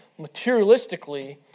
materialistically